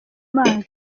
mazi